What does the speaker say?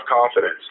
confidence